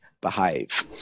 behave